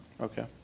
Okay